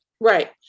Right